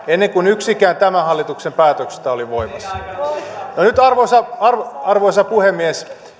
ennen kuin yksikään tämän hallituksen päätöksistä oli voimassa arvoisa arvoisa puhemies